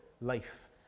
life